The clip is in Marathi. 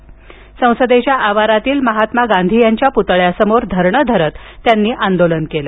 आणि संसदेच्या आवारातील महात्मा गांधींच्या पुतळ्यासमोर धरणे धरत आंदोलन केलं